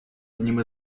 одним